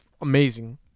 amazing